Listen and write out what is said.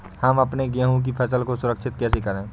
हम अपने गेहूँ की फसल को सुरक्षित कैसे रखें?